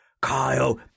kyle